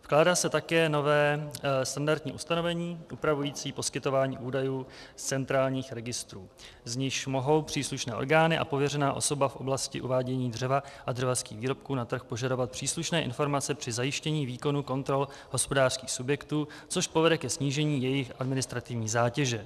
Vkládá se také nové standardní ustanovení upravující poskytování údajů z centrálních registrů, z nichž mohou příslušné orgány a pověřená osoba v oblasti uvádění dřeva a dřevařských výrobků na trh požadovat příslušné informace při zajištění výkonu kontrol hospodářských subjektů, což povede ke snížení jejich administrativní zátěže.